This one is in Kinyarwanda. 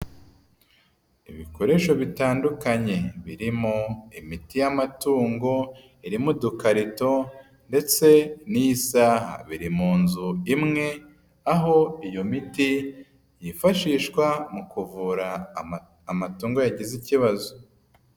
Ibikoresho bitandukanye birimo imiti y'amatungo iri mudukarito ndetse n'isaha. Biri mu nzu imwe, aho iyo miti yifashishwa mu kuvura amatungo yagize ikibazo.